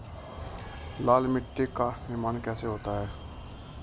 लाल मिट्टी का निर्माण कैसे होता है?